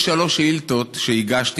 יש שלוש שאילתות שהגשתי,